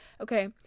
okay